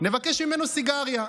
נבקש ממנו סיגריה,